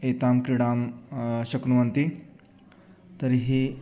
एतां क्रीडां शक्नुवन्ति तर्हि